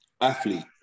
athlete